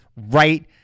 right